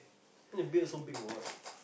then they build so big for what